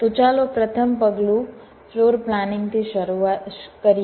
તો ચાલો પ્રથમ પગલું ફ્લોર પ્લાનિંગથી શરૂ કરીએ